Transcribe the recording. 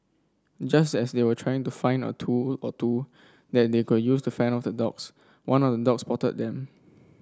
just as they were trying to find a tool or two that they could use to fend off the dogs one of the dogs spotted them